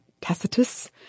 Tacitus